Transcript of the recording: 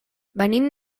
venim